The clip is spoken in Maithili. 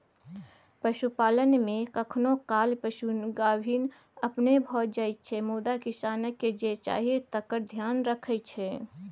पशुपालन मे कखनो काल पशु गाभिन अपने भए जाइ छै मुदा किसानकेँ जे चाही तकर धेआन रखै छै